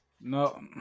no